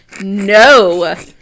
no